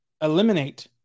eliminate